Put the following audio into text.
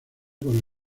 con